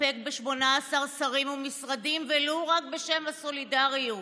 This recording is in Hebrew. שתסתפק ב-18 שרים ומשרדים, ולו רק בשם הסולידריות,